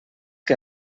que